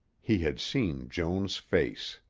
he had seen joan's face.